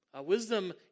Wisdom